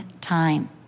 time